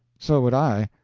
so would i.